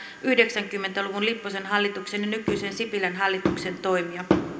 yhdeksänkymmentä luvun lipposen hallituksen ja nykyisen sipilän hallituksen toimia